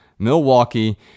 Milwaukee